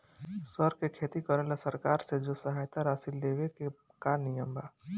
सर के खेती करेला सरकार से जो सहायता राशि लेवे के का नियम बा?